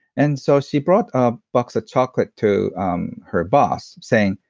and so, she brought a box of chocolate to um her boss, saying,